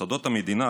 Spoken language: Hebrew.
מוסדות המדינה,